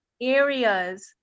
areas